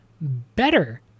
better